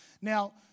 Now